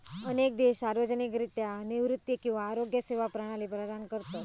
अनेक देश सार्वजनिकरित्या निवृत्ती किंवा आरोग्य सेवा प्रणाली प्रदान करतत